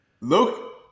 Look